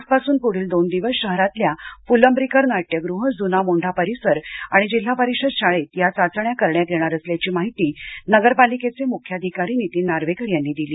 आजपासून पुढील दोन दिवस शहरातल्या फुलंब्रीकर नाट्यगृह जूना मोंढा परिसर आणि जिल्हा परिषद शाळेत या चाचण्या करण्यात येणार असल्याची माहिती नगरपालिकेचे मुख्याधिकारी नीतीन नार्वेकर यांनी दिली